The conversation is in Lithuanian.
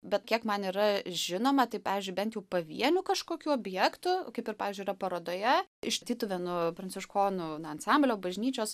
bet kiek man yra žinoma tai pavyzdžiui bent jau pavienių kažkokių objektų kaip ir pavyzdžiui yra parodoje iš tytuvėnų pranciškonų ansamblio bažnyčios